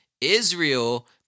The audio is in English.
Israel